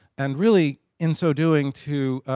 and really, in so doing, to,